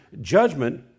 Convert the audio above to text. judgment